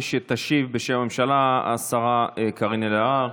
תשיב בשם הממשלה השרה קארין אלהרר.